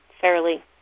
fairly